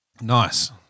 Nice